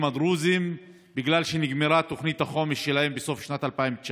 הדרוזיים בגלל שנגמרה תוכנית החומש שלהם בסוף שנת 2019,